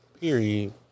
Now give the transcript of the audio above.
Period